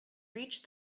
reached